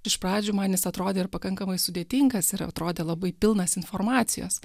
iš pradžių man jis atrodė ir pakankamai sudėtingas ir atrodė labai pilnas informacijos